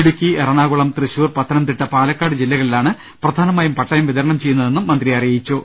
ഇടുക്കി എറണാകുളം തൃശൂർ പത്തനംതിട്ട പാലക്കാട്ട് ജില്ലകളിലാണ് പ്രധാനമായും പട്ടയം വിതരണം ചെയ്യുന്നതെന്നും മന്ത്രി അറിയിച്ചു